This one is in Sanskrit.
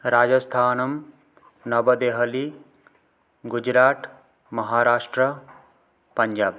राजस्थानं नवदेहली गुजरात् महाराष्ट्रा पञ्जाब्